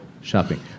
Shopping